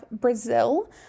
Brazil